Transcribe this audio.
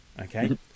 okay